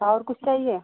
और कुछ चाहिए